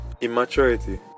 immaturity